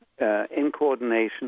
incoordination